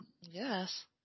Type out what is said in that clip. Yes